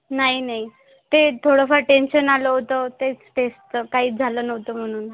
नाही नाही ते थोडं फार टेन्शन आलं होतं तेच टेस्टचं काहीच झालं नव्हतं म्हणून